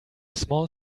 small